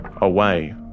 away